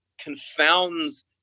confounds